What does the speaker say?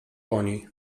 oni